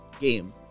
game